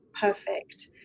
perfect